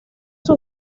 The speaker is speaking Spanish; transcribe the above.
sus